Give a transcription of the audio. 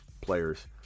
players